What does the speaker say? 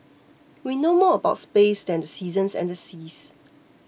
we know more about space than the seasons and the seas